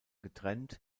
getrennt